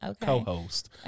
co-host